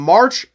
March